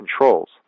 controls